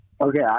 Okay